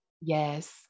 Yes